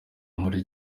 muri